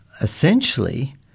essentially